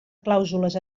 clàusules